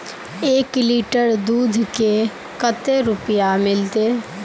एक लीटर दूध के कते रुपया मिलते?